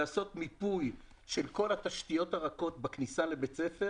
לעשות מיפוי של כל התשתיות הרכות בכניסה לבית הספר